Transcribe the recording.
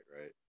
right